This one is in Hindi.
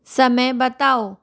समय बताओ